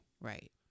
Right